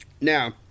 Now